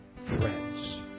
friends